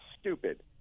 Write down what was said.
stupid